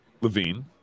levine